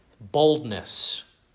boldness